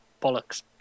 Bollocks